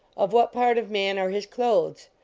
of what part of man are his clothes?